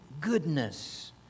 goodness